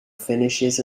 finishes